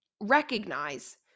recognize